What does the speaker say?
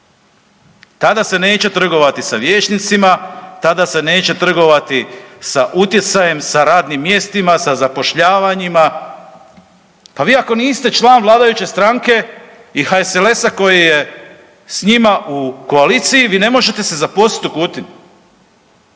Tada se neće trgovati s vijećnicima, tada se neće trgovati sa utjecajem, sa radnim mjestima, sa zapošljavanjima… Pa vi ako niste član vladajuće stranke i HSLS-a koji je s njima u koaliciji, vi ne možete se zaposliti u Kutini.